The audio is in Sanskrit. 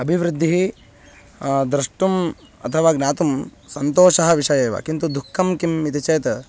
अबिवृद्दिः द्रष्टुम् अथवा ज्ञातुं सन्तोषः विषयः एव किन्तु दुःखं किम् इति चेत्